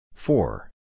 Four